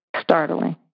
startling